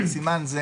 בסימן זה